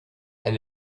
and